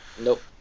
Nope